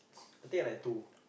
I think I like two